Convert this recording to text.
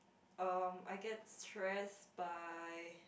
um I get stressed by